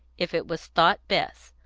if it was thought best,